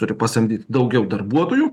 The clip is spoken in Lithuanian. turi pasamdyt daugiau darbuotojų